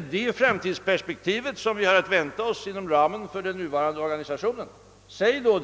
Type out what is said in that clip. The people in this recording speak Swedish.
är det framtidsperspektivet inom ramen för den nuvarande organisationen, så säg det!